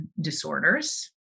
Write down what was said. disorders